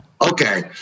Okay